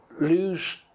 lose